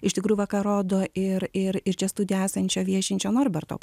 iš tikrųjų va ką rodo ir ir ir čia studijoj esančio viešinčio norberto